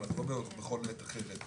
אנחנו לא בכל עת אחרת.